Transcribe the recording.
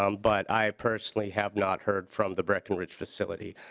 um but i personally have not heard from the breckenridge facility.